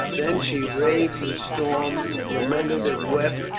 then she raved and stormed, lamented and wept,